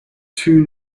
two